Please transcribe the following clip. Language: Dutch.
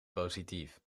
positief